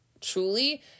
truly